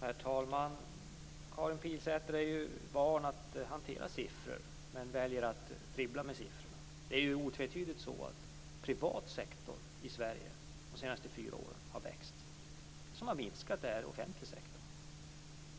Herr talman! Karin Pilsäter är van att hantera siffror, men väljer att dribbla med dem. Det är otvetydigt så att den privata sektorn i Sverige har vuxit de senaste fyra åren. Det som har minskat är den offentliga sektorn.